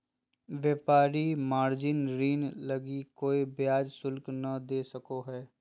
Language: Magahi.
व्यापारी मार्जिन ऋण लगी कोय ब्याज शुल्क नय दे सको हइ